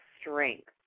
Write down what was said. strength